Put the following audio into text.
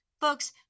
Folks